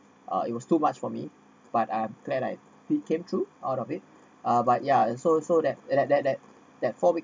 uh it was too much for me but I am glad I became true out of it ah but yeah and so so that that that that that four week